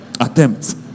Attempts